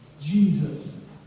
Jesus